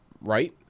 right